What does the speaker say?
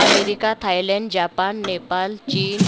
America Thailand Japan Nepal चीन